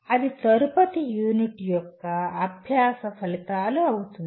అది తదుపరి యూనిట్ యొక్క అభ్యాస ఫలితాలు అవుతుంది